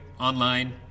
online